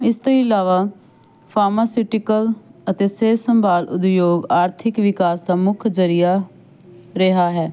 ਇਸ ਤੋਂ ਇਲਾਵਾ ਫਾਰਮਾਸਿਟੀਕਲ ਅਤੇ ਸਿਹਤ ਸੰਭਾਲ ਉਦਯੋਗ ਆਰਥਿਕ ਵਿਕਾਸ ਦਾ ਮੁੱਖ ਜਰੀਆ ਰਿਹਾ ਹੈ